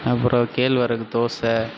அப்புறம் கேழ்வரகு தோசை